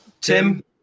Tim